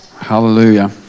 Hallelujah